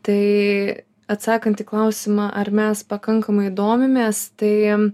tai atsakant į klausimą ar mes pakankamai domimės tai